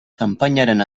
kanpainaren